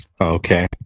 Okay